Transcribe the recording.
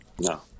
No